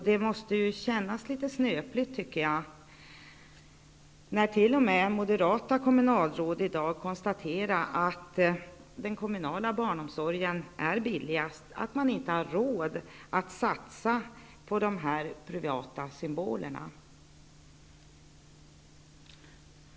Det måste kännas litet snöpligt, tycker jag, när t.o.m. moderata kommunalråd i dag konstaterar att den kommunala barnomsorgen är billigast, att man inte har råd att satsa på de här privata symbolerna.